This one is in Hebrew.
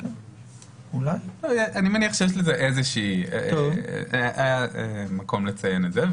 אני מניח שיש מקום לציין את זה.